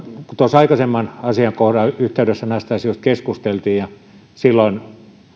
tuossa aikaisemman asiakohdan yhteydessä näistä asioista keskusteltiin niin silloin